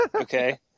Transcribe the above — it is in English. Okay